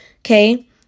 Okay